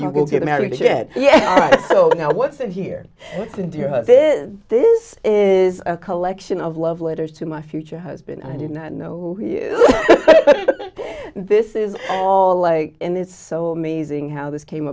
you're going to get married yet yeah so now what's in here and then this is a collection of love letters to my future husband i did not know this is all like and it's so amazing how this came